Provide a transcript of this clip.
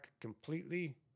completely